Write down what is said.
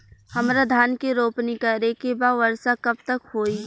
हमरा धान के रोपनी करे के बा वर्षा कब तक होई?